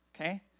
okay